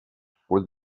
for